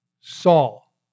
Saul